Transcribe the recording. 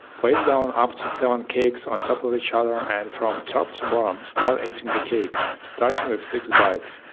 place down up to so seven cakes on top of each other and from top to bottom start eating the cake, starting with six bites.